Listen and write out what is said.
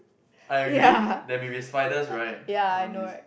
I agree there maybe spiders right all these